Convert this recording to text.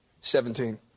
Seventeen